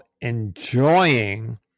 enjoying